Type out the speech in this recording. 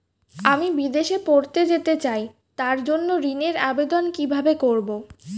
আমি বিদেশে পড়তে যেতে চাই তার জন্য ঋণের আবেদন কিভাবে করব?